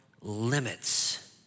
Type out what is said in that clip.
limits